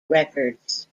records